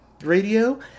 Radio